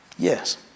Yes